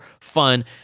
fun